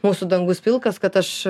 mūsų dangus pilkas kad aš